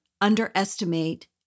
underestimate